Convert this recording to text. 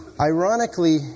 ironically